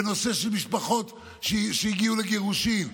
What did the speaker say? בנושא של משפחות שהגיעו לגירושין,